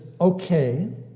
okay